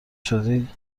شدی